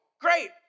great